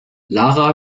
lara